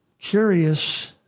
curious